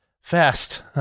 fast